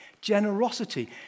Generosity